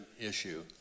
issue